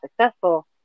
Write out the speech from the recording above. successful